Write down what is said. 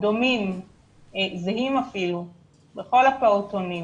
דומים ואפילו זהים לכל הפעוטונים